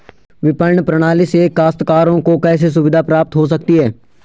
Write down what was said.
विपणन प्रणाली से काश्तकारों को कैसे सुविधा प्राप्त हो सकती है?